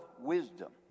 wisdom